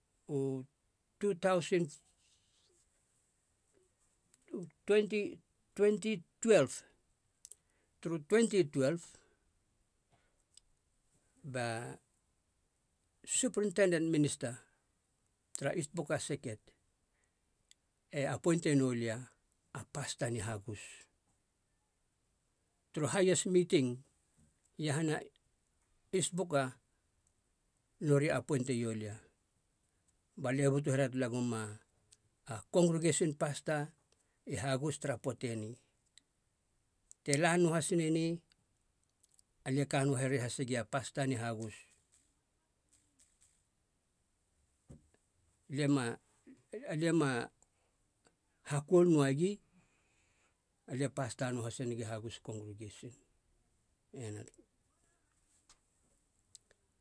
U two thousand twenty twenty twelve. turu twenty twelve ba supritenden minista tara ist buka seket e apoente nolia a pasta ni hagus. Turu haiest miting iahana ist buka nori apointe iolia balie butu here talaguma a congregesin pasta i hagus tara poate ni, te lanuahasine ni alie kanua here hasegia pasta ni hagus. liema aliema hakoul noagi lie pasta noahasnigi hagus.